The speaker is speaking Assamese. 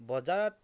বজাৰত